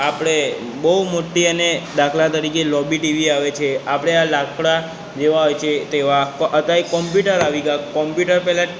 આપણે બહુ મોટી અને દાખલા તરીકે લાંબી ટીવી આવે છે આપણે આ લાકડા જેવા હોય છે તેવા તો અત્યારે કોમ્પ્યુટર આવી ગયા કોમ્પ્યુટર પહેલા